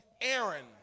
Aaron